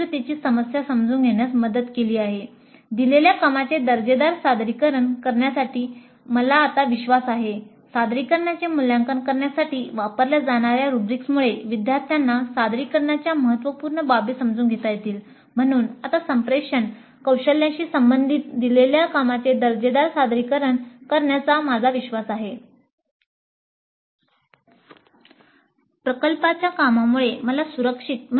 "प्रकल्पाच्या कामामुळे मला सुरक्षित